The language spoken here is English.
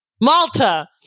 Malta